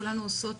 כולנו עושות